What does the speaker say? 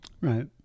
Right